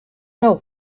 know